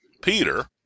Peter